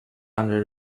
under